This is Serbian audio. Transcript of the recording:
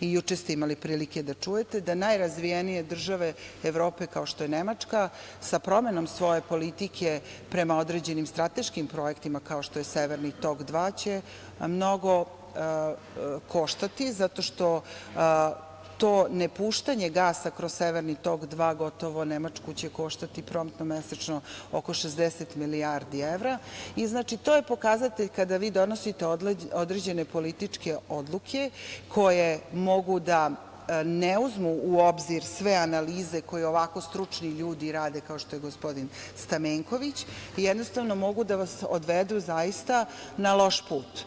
I juče ste imali prilike da čujete da najrazvijenije države Evrope, kao što je Nemačka, sa promenom svoje politike prema određenim strateškim projektima, kao što je „Severni tok 2“, će mnogo koštati zato što to ne puštanje gasa kroz „Severni tok 2“ gotovo Nemačku će koštati promptno mesečno oko 60 milijardi evra i to je pokazatelj kada vi donosite određene političke odluke koje mogu da ne uzmu u obzir sve analize koje ovako stručni ljudi rade kao što je gospodin Stamenković i jednostavno mogu da vas odvedu zaista na loš put